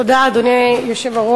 תודה, אדוני היושב-ראש.